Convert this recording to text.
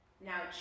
Now